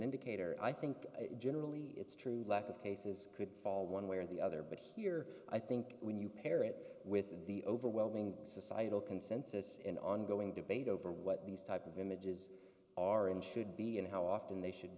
indicator i think generally it's true lack of cases could fall one way or the other but here i think when you pair it with the overwhelming societal consensus and ongoing debate over what these type of images are and should be and how often they should